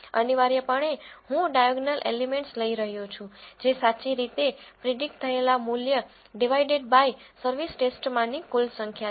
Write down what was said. અનિવાર્યપણે હું diagonal elements લઈ રહ્યો છું જે સાચી રીતે પ્રીડીકટ થયેલા મૂલ્ય ડીવાયડેડ બાય સર્વિસ ટેસ્ટમાંની કુલ સંખ્યા છે